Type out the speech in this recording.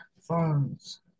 phones